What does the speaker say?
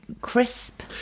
crisp